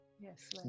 Yes